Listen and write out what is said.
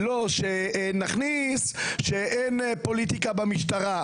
או למשל שנכניס שאין פוליטיקה במשטרה.